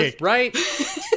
right